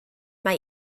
mae